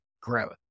growth